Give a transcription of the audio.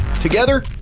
Together